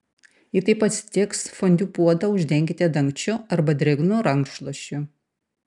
jei taip atsitiks fondiu puodą uždenkite dangčiu arba drėgnu rankšluosčiu